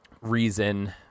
reason